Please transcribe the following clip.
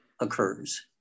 occurs